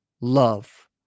love